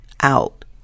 out